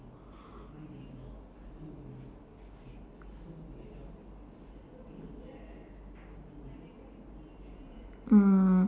mm